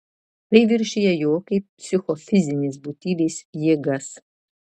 tai viršija jo kaip psichofizinės būtybės jėgas